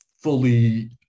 fully